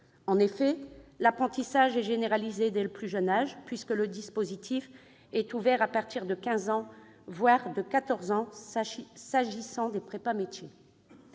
En effet, l'apprentissage est généralisé dès le plus jeune âge, puisque le dispositif est ouvert à partir de quinze ans, voire de quatorze ans s'agissant des prépas-métiers.